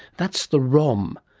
that's the rom,